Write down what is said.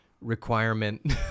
requirement